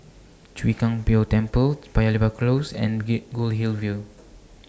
Chwee Kang Beo Temple Paya Lebar Close and get Goldhill View